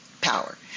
power